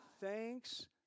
Thanks